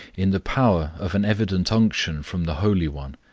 in the power of an evident unction from the holy one,